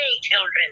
children